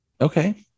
Okay